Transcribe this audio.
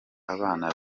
abana